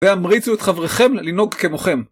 והמריצו את חבריכם לנהוג כמוכם.